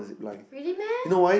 really meh